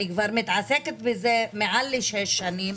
אני כבר עוסקת בזה מעל לשש שנים.